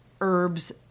herbs